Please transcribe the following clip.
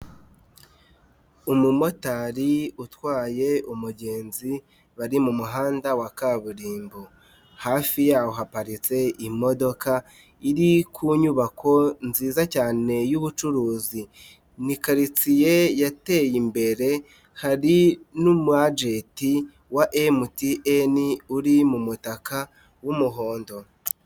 Umumotari utwaye umugenzi bari mu muhanda wa kaburimbo. Hafi yaho haparitse imodoka iri ku nyubako nziza cyane y'ubucuruzi, ni karitiye yateye imbere hari n'umu agenti wa MTN uri mu mutaka w'umuhondo.